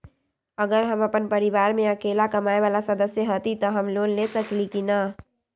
अगर हम अपन परिवार में अकेला कमाये वाला सदस्य हती त हम लोन ले सकेली की न?